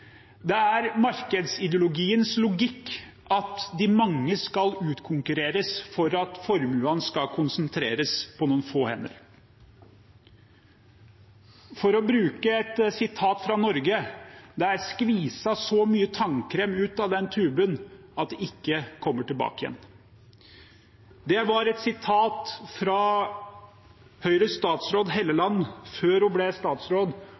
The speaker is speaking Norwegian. Det er markedsideologiens logikk at de mange skal utkonkurreres for at formuene skal konsentreres på noen få hender. For å bruke et uttrykk fra Norge: Det er skviset så mye tannkrem ut av tuben at det ikke kommer tilbake igjen. Det var et uttrykk fra Høyres statsråd Hofstad Helleland, før hun ble statsråd,